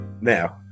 Now